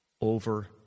over